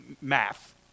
math